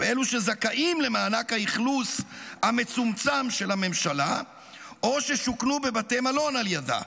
אלו שזכאים למענק האכלוס המצומצם של הממשלה או ששוכנו בבתי מלון על ידה.